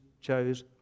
chose